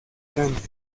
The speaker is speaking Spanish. grandes